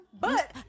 But-